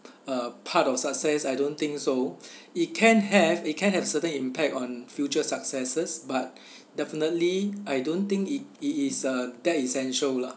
uh part of success I don't think so it can have it can have certain impact on future successes but definitely I don't think it is uh that essential lah